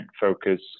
focus